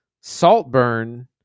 Saltburn